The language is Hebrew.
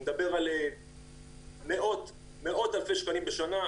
אני מדבר על מאות אלפי שקלים בשנה.